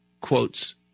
quotes